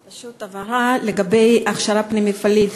פשוט הבהרה לגבי הכשרה פנים-מפעלית.